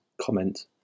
comment